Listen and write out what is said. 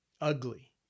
ugly